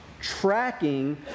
tracking